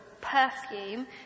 perfume